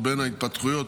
ובין ההתפתחויות